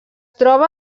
troba